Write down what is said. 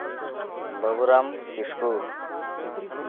Baburam Kisku